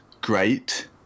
great